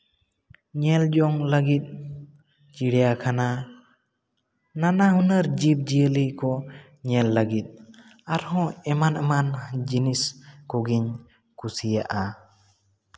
ᱧᱮᱞ ᱡᱚᱝ ᱞᱟᱹᱜᱤᱫ ᱪᱤᱲᱭᱟᱠᱷᱟᱱᱟ ᱱᱟᱱᱟ ᱦᱩᱱᱟᱹᱨ ᱡᱤᱵᱽᱼᱡᱤᱭᱟᱹᱞᱤ ᱠᱚ ᱧᱮᱞ ᱞᱟᱹᱜᱤᱫ ᱟᱨᱦᱚᱸ ᱮᱢᱟᱱ ᱮᱢᱟᱱ ᱡᱤᱱᱤᱥ ᱠᱚᱜᱮᱧ ᱠᱩᱥᱤᱭᱟᱜᱼᱟ